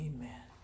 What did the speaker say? Amen